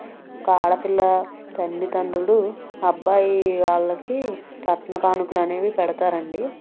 ఒక ఆడపిల్ల తల్లిదండ్రులు అబ్బాయి వాళ్ళకి కట్న కానుకలనేవి పెడతారండి